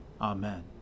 Amen